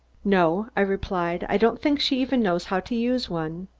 no, i replied, i don't think she even knows how to use one.